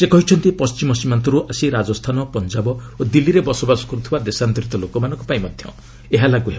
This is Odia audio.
ସେ କହିଛନ୍ତି ପଣ୍ଢିମ ସୀମାନ୍ତରୁ ଆସି ରାଜସ୍ଥାନ ପଞ୍ଜବ ଓ ଦିଲ୍ଲୀରେ ବସବାସ କର୍ତ୍ତିବା ଦେଶାନ୍ତରିତ ଲୋକମାନଙ୍କ ପାଇଁ ମଧ୍ୟ ଏହା ଲାଗ୍ର ହେବ